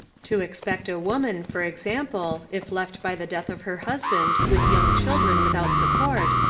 to expect a woman, for example, if left by the death of her husband with young children without support,